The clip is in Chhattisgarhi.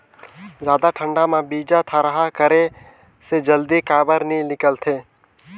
जादा ठंडा म बीजा थरहा करे से जल्दी काबर नी निकलथे?